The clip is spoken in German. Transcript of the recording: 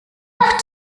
auf